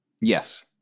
Yes